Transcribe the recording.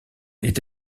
est